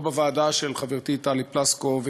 בוועדה של חברתי טלי פלוסקוב,